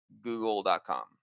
google.com